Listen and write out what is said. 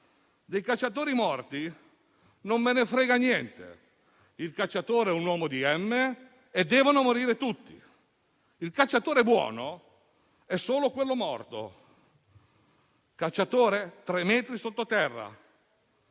"Dei cacciatori morti non ce ne frega niente"; "Il cacciatore è un uomo di m. e devono morire tutti"; "Il cacciatore buono è solo quello morto", "Cacciatore? Tre metri sotto terra".